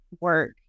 work